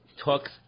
talks